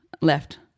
left